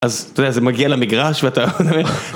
אז, אתה יודע, זה מגיע למגרש ואתה...